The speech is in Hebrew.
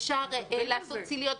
אפשר לעשות צליות בחוץ.